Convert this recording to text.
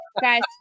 Guys